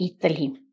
Italy